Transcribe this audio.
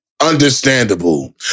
understandable